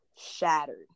shattered